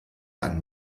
einen